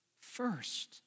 first